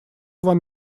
вам